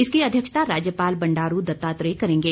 इसकी अध्यक्षता राज्यपाल बंडारू दत्तात्रेय करेंगे